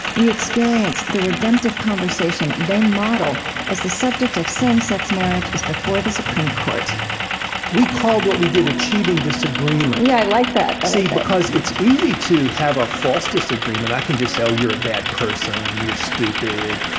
we experience the redemptive conversation they model as the subject of same-sex marriage is before the supreme court we called what we did achieving disagreement yeah, i like that see, because it's easy to have a false disagreement. i can just say, oh, you're a bad person and you're stupid.